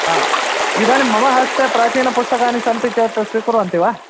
हा इदानीं मम हस्ते प्राचीनपुस्तकानि सन्ति चेत् स्वीकुर्वन्ति वा